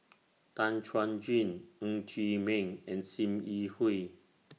Tan Chuan Jin Ng Chee Meng and SIM Yi Hui